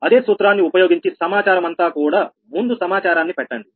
అదే సూత్రాన్ని ఉపయోగించి సమాచారమంతా కూడా ముందు సమాచారాన్ని పెట్టండి